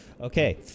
Okay